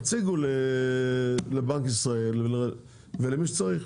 תציגו לבנק ישראל ולמי שצריך.